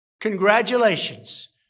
Congratulations